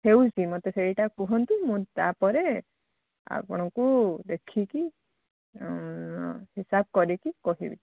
ହେଉଛି ମୋତେ ସେଇଟା କୁହନ୍ତୁ ମୁଁ ତା'ପରେ ଆପଣଙ୍କୁ ଦେଖିକି ହିସାବ କରିକି କହିବି